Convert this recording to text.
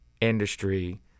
industry